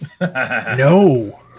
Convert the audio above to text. No